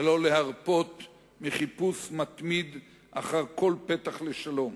ולא להרפות מחיפוש מתמיד אחר כל פתח לשלום,